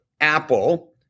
Apple